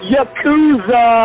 Yakuza